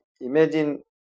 imagine